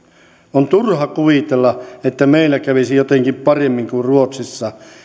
on turha kuvitella että meillä kävisi jotenkin paremmin kuin ruotsissa